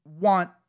want